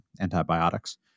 antibiotics